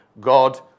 God